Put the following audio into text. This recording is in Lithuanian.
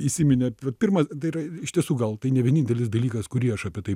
įsiminė pirma tai yra iš tiesų gal tai ne vienintelis dalykas kurį aš apie tai